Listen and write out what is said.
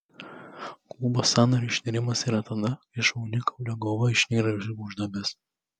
klubo sąnario išnirimas yra tada kai šlaunikaulio galva išnyra iš gūžduobės